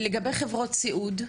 ולגבי חברות סיעוד?